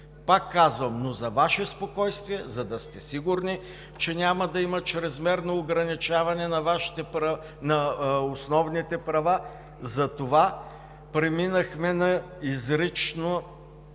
Пак казвам, за Ваше спокойствие, за да сте сигурни, че няма да има чрез мерно ограничаване на основните Ви права, затова преминахме на изрично